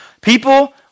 People